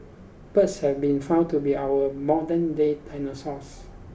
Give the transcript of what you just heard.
birds have been found to be our modernday dinosaurs